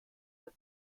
der